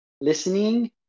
listening